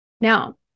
Now